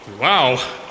Wow